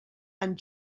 and